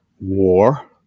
war